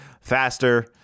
faster